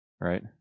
right